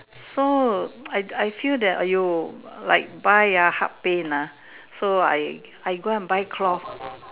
so I I feel that !aiyo! like buy ah heart pain ah so I I go and buy cloth